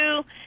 two